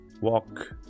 Walk